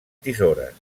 tisores